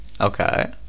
Okay